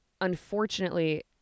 unfortunately